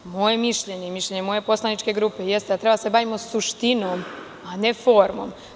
Moje mišljenje i mišljenje moje poslaničke grupe jeste da treba da se bavimo suštinom, a ne formom.